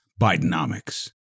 Bidenomics